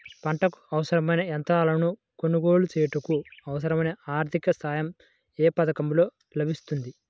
పంటకు అవసరమైన యంత్రాలను కొనగోలు చేయుటకు, అవసరమైన ఆర్థిక సాయం యే పథకంలో లభిస్తుంది?